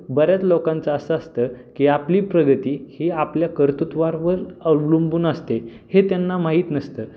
बऱ्याच लोकांचं असं असतं की आपली प्रगती ही आपल्या कर्तुत्वावर अवलंबून असते हे त्यांना माहीत नसतं